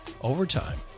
overtime